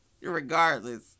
regardless